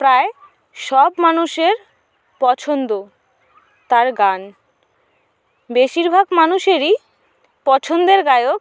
প্রায় সব মানুষের পছন্দ তার গান বেশিরভাগ মানুষেরই পছন্দের গায়ক